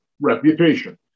reputation